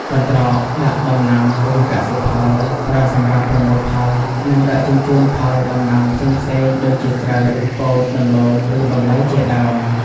កន្ត្រកដាក់ដំណាំ ឬកសិផល ប្រើសម្រាប់ប្រមូលផល និងដឹកជញ្ជូនផលដំណាំផ្សេងៗ ដូចជាស្រូវ ពោត ដំឡូង ឬបន្លែជាដើម។